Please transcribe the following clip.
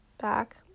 back